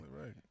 right